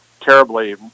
terribly